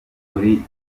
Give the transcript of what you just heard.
muri